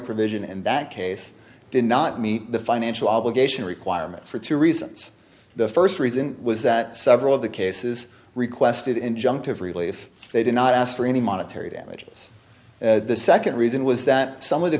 provision and that case did not meet the financial obligation requirement for two reasons the first reason was that several of the cases requested injunctive relief they did not ask for any monetary damages the second reason was that some of the